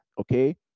okay